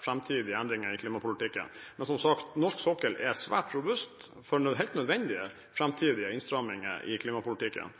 framtidige endringer i klimapolitikken. Men som sagt, norsk sokkel er svært robust stilt overfor helt nødvendige framtidige innstramminger i klimapolitikken.